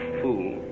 fool